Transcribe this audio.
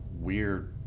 weird